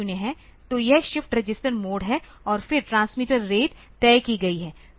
तो यह shift register mode है और फिर ट्रांसमीटर रेट तय की गई है